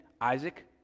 Isaac